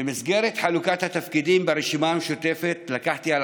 במסגרת חלוקת התפקידים ברשימה המשותפת לקחתי על